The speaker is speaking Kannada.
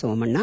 ಸೋಮಣ್ಣ